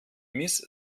miss